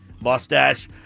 Mustache